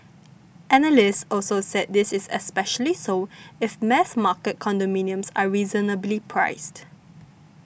analysts also said this is especially so if mass market condominiums are reasonably priced